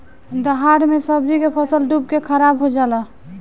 दहाड़ मे सब्जी के फसल डूब के खाराब हो जला